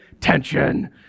Tension